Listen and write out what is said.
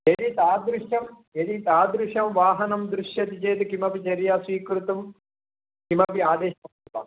यदि तादृशं यदि तादृशं वाहनं दृश्यते चेत् किमपि चर्या स्वीकर्तुं किमपि आदेशः अस्ति वा